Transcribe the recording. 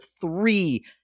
three